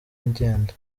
agenda